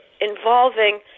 involving